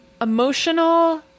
emotional